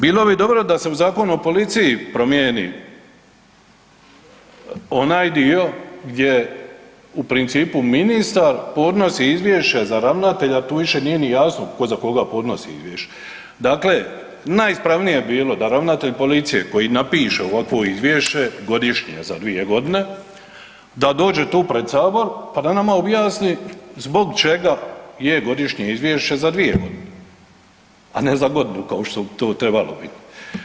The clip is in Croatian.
Bilo bi dobro da se u Zakonu o policiji promijeni onaj dio gdje u principu ministar podnosi izvješća za ravnatelja, tu više nije ni jasno tko za koga podnosi izvješće, dakle najispravnije bi bilo da ravnatelj policije koji napiše ovakvo izvješće godišnje za 2 godine da dođe tu pred sabor pa nama objasni zbog čega je godišnje izvješće za 2 godine, a ne za godinu kao što bi to trebalo biti.